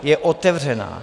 Je otevřená.